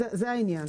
זה העניין.